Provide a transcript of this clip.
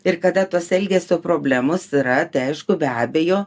ir kada tos elgesio problemos yra aišku be abejo